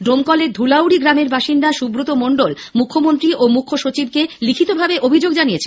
ডোমকলের ধুলাউড়ি গ্রামের বাসিন্দা সুব্রত মন্ডল মুখ্যমন্ত্রী ও মুখ্য সচিবকে লিখিতভাবে এই অভিযোগ জানিয়েছেন